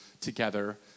together